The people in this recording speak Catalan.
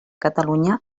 catalunya